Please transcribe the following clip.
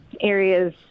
areas